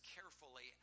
carefully